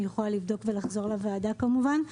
אני יכולה לבדוק ולחזור לוועדה, כמובן.